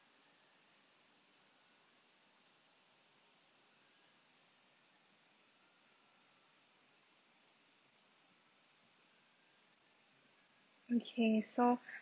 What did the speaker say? okay so